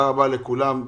תודה רבה לכולם.